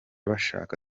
bashaka